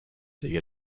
étaient